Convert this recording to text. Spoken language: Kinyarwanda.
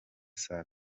saa